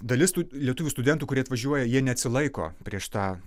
dalis tų lietuvių studentų kurie atvažiuoja jie neatsilaiko prieš tą